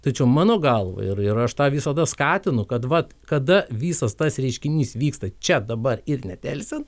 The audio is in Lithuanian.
tačiau mano galva ir ir aš tą visada skatinu kad vat kada visas tas reiškinys vyksta čia dabar ir nedelsiant